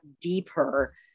deeper